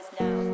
now